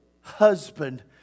husband